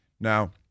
Now